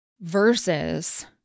Versus